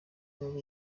muri